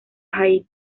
haydn